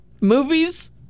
movies